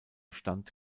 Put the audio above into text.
stand